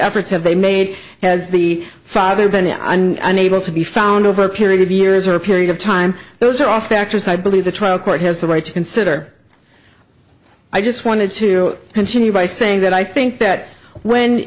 efforts have they made has the father been unable to be found over a period of years or a period of time those are all factors i believe the trial court has the right to consider i just wanted to continue by saying that i think that when